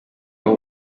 aho